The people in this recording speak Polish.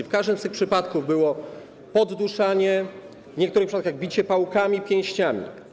W każdym z tych przypadków było podduszanie, w niektórych przypadkach bicie pałkami, pięściami.